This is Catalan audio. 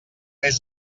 més